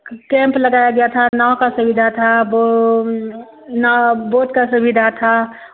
camp लगाया गया था नाव का सुविधा था बो नाव बोट का सुविधा था